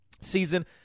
season